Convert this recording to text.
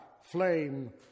flame